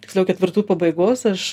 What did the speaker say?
tiksliau ketvirtų pabaigos aš